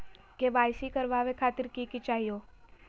KYC करवावे खातीर कि कि चाहियो?